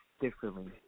differently